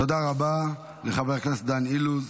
תודה רבה לחבר הכנסת דן אילוז.